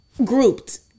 grouped